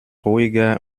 ruhiger